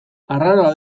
arraroa